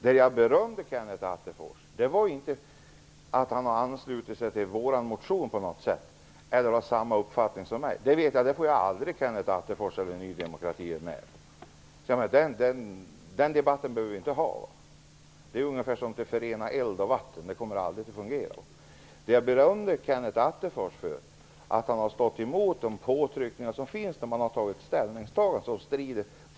Det jag berömde Kenneth Attefors för var inte att han anslutit sig till vår motion på något sätt, eller har samma uppfattning som jag. Det vet jag att jag aldrig får Kenneth Attefors eller Ny demokrati med på. Den debatten behöver vi inte föra. Det är ungefär som att försöka förena eld och vatten. Det kommer aldrig att fungera. Det jag berömde Kenneth Attefors för var att han stått emot de påtryckningar som görs när man gjort ett ställningstagande som strider emot regeringens.